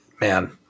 man